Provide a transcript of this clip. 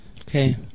Okay